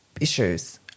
issues